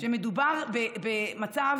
עוד נמצא שמדובר במצב